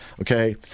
Okay